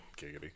Giggity